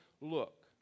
look